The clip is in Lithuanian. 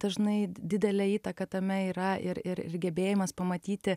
dažnai didelė įtaka tame yra ir ir ir gebėjimas pamatyti